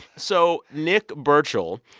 so nick burchill,